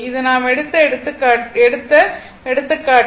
இது நாம் எடுத்த எடுத்துக்காட்டு